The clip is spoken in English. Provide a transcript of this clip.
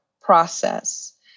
process